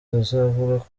bazavuga